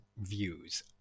views